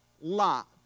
Lot